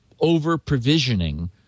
over-provisioning